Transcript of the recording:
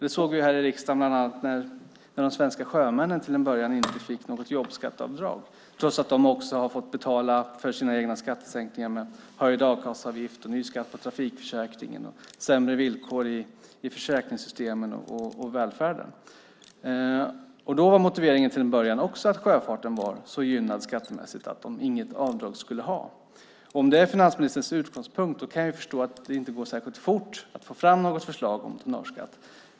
Det såg vi här i riksdagen bland annat när de svenska sjömännen till en början inte fick något jobbskatteavdrag trots att de också har fått betala för sina egna skattesänkningar genom en höjning av a-kasseavgiften, ny skatt på trafikförsäkringen och sämre villkor i försäkringssystemen och välfärden. Då var motiveringen till en början också att sjöfarten var så gynnad skattemässigt att man inte skulle ha något avdrag. Om det är finansministerns utgångspunkt kan jag förstå att det inte går särskilt fort att få fram något förslag om tonnageskatt.